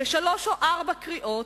בשלוש או ארבע קריאות,